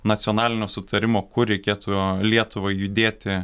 nacionalinio sutarimo kur reikėtų lietuvai judėti